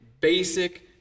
basic